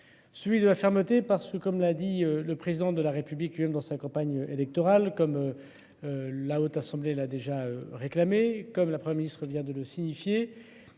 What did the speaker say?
Celui de la fermeté parce que comme l'a dit le président de la République dans sa campagne électorale comme. La haute assemblée là déjà réclamé comme la Premier ministre vient de le signifier,